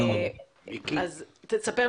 צר לי